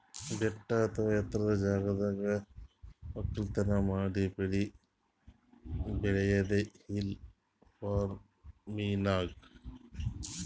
ಬೆಟ್ಟ ಅಥವಾ ಎತ್ತರದ್ ಜಾಗದಾಗ್ ವಕ್ಕಲತನ್ ಮಾಡಿ ಬೆಳಿ ಬೆಳ್ಯಾದೆ ಹಿಲ್ ಫಾರ್ಮಿನ್ಗ್